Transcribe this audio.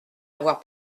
avoir